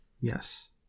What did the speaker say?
Yes